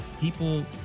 people